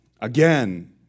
Again